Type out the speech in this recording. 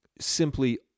simply